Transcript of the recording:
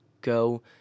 go